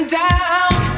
down